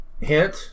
hint